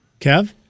Kev